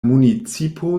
municipo